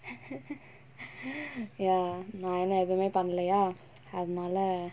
ya நா இன்னும் எதுமே பண்ணலையா அதனால:naa innum ethumae pannalaiyaa athanaala